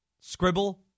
scribble